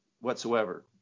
whatsoever